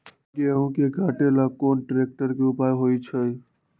गेंहू के कटे ला कोंन ट्रेक्टर के उपयोग होइ छई?